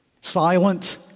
silent